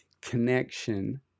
connection